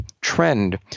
trend